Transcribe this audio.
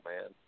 man